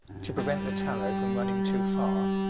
to prevent the tallow from running too far,